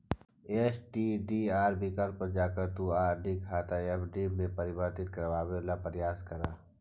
STDR विकल्प पर जाकर तुम आर.डी खाता एफ.डी में परिवर्तित करवावे ला प्रायस करा